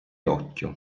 occhio